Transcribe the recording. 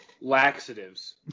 Laxatives